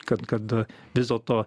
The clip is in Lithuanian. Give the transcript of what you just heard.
kad kad vis dėlto